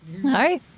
Hi